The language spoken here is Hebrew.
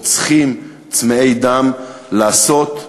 רוצחים, צמאי דם, לעשות,